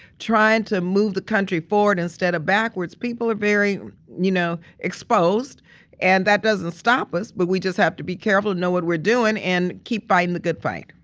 trying to move the country forward instead of backwards, people are very you know exposed and that doesn't stop us, but we just have to be careful and know what we're doing and keep fighting the good fight.